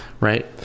right